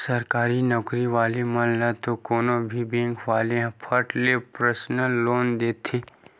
सरकारी नउकरी वाला मन ल तो कोनो भी बेंक वाले ह फट ले परसनल लोन दे देथे